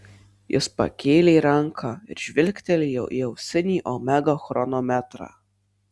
jis pakėlė ranką ir žvilgtelėjo į auksinį omega chronometrą